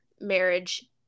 marriage